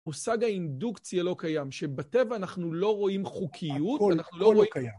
מושג האינדוקציה לא קיים, שבטבע אנחנו לא רואים חוקיות, אנחנו לא רואים...